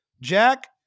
Jack